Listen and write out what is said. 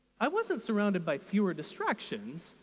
i wasn't surrounded by fewer distractions,